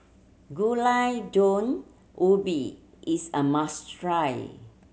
Gulai Daun Ubi is a must try